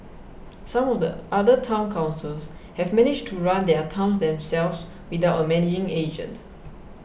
some of the other Town Councils have managed to run their towns themselves without a managing agent